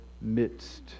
midst